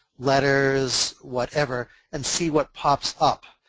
letters, whatever, and see what pops up.